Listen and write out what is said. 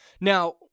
Now